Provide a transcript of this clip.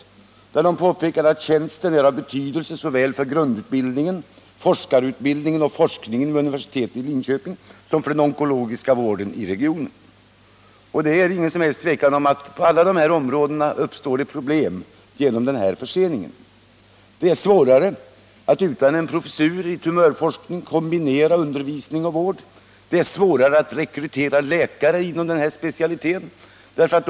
Utskottet påpekade då: ”Tjänsten är av betydelse såväl för grundutbildningen, forskarutbildningen och forskningen vid universitetet som för den onkologiska vården i regionen.” Och det är inget som helst tvivel om att det på alla dessa områden uppstår problem genom denna försening. Det är — utan en professur i tumörforskning — svårare att kombinera undervisning och vård. Det är svårare att rekrytera läkare inom denna specialitet.